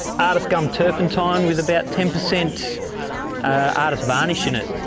artist gum turpentine with about ten percent artist varnish in it.